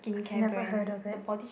I've never heard of it